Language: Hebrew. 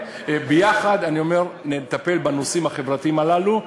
ביחד, אני אומר, נטפל בנושאים החברתיים הללו.